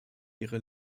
ihre